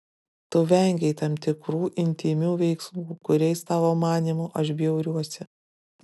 tu vengei tam tikrų intymių veiksmų kuriais tavo manymu aš bjauriuosi